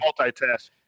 Multitask